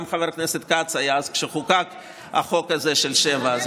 גם חבר הכנסת כץ היה אז כשחוקק החוק הזה של שבעה,